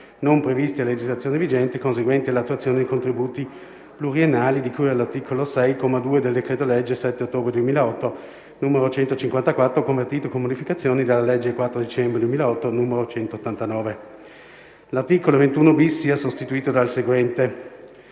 non previsti a legislazione vigente conseguenti all'attualizzazione di contributi pluriennali, di cui all'articolo 6, comma 2, del decreto-legge 7 ottobre 2008, n. 154, convertito, con modificazioni, dalla legge 4 dicembre 2008, n. 189.»; - l'articolo 21-*bis* sia sostituito dal seguente: